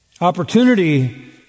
Opportunity